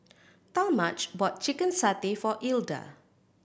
Talmadge bought chicken satay for Ilda